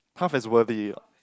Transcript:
half as worthy